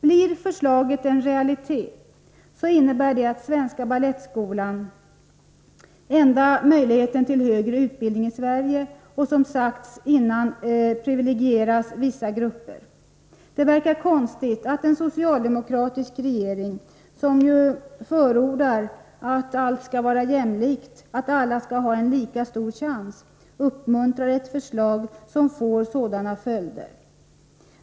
Blir förslaget en realitet, så innebär det att Svenska Balettskolan är enda möjligheten till högre dansutbildning i Sverige och som sagts innan privilegieras vissa grupper. Det verkar konstigt att en socialdemokratisk regering, som ju förordar att allt ska vara jämlikt, att alla ska ha en lika stor chans, uppmuntrar ett förslag som får sådana följder.